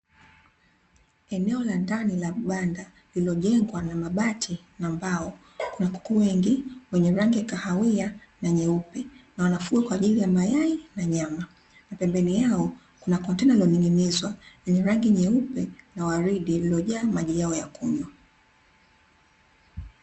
Eneo la ndani la banda lililojengwa na mabati na mbao, kuna kuku wengi wenye rangi kahawia na nyeupe na wanafuga kwa ajili ya mayai na nyama na pembeni yao kuna kontena lililoningzwa na ni rangi nyeupe na waridi lililojaa maji yao ya kunywa .